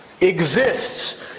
exists